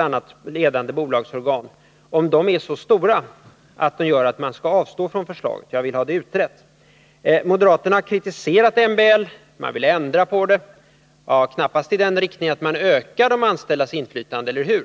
annat ledande bolagsorgan är så stora att vi av den anledningen skall avstå från förslaget. Jag vill ha detta utrett. Moderaterna har kritiserat MBL och vill ändra på lagen. Men ni vill knappast ändra lagen i den riktningen att de anställdas inflytande ökar, eller hur?